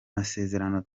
masezerano